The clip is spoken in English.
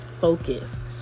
focus